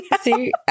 See